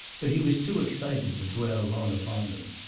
but he was too excited to dwell long upon them.